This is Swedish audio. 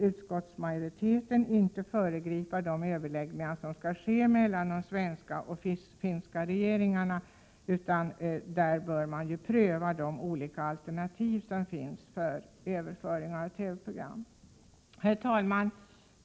Utskottsmajoriteten vill inte föregripa de överläggningar som skall äga rum mellan den svenska och den finska regeringen, utan vi anser att man bör pröva de alternativa möjligheter för överföring av TV-program som finns. Herr talman!